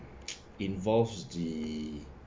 involves the